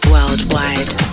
Worldwide